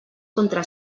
contra